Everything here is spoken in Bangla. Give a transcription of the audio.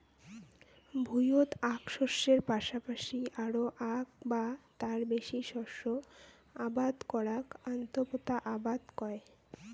ভুঁইয়ত আক শস্যের পাশাপাশি আরো আক বা তার বেশি শস্য আবাদ করাক আন্তঃপোতা আবাদ কয়